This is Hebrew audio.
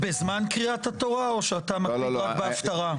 בזמן קריאת התורה או שאתה מקפיד רק בהפטרה?